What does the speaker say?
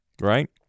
Right